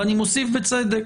ואני מוסיף בצדק,